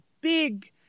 big